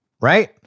right